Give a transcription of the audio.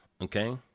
okay